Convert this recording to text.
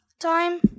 time